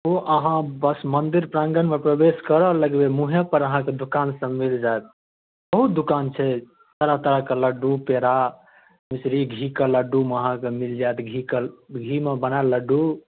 ओ आहाँ बस मन्दिर प्राङ्गण मे प्रवेश करऽ लगबै मूहेँ पर अहाँके दोकान सब मिल जायत बहुत दोकान छै तरह तरह के लड्डू पेड़ा मिश्री घीके लड्डू अहाँके मिल जायत घी के घीमे बनायल लड्डू